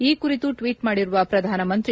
ಈ ಕುರಿತು ಟ್ವೀಟ್ ಮಾಡಿರುವ ಪ್ರಧಾನಮಂತ್ರಿ